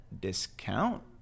discount